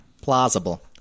plausible